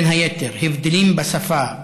בין היתר הבדלים בשפה,